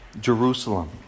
Jerusalem